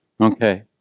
Okay